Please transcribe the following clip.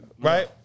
Right